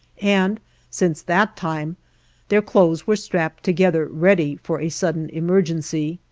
and since that time their clothes were strapped together ready for a sudden emergency.